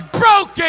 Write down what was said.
broken